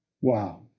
Wow